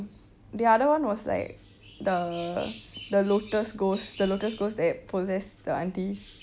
the other one was like the the lotus ghost the lotus ghost that possess the aunty